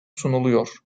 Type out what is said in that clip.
sunuluyor